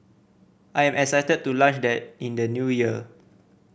I am excited to launch that in the New Year